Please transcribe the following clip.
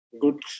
good